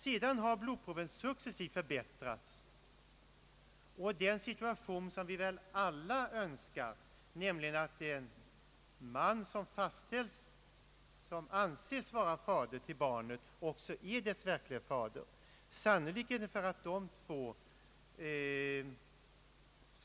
Sedan har blodproven successivt förbättrats, och vi önskar väl alla att det så småningom skall bli möjligt att med säkerhet avgöra huruvida en man som anses vara fader till ett barn också är den verklige fadern.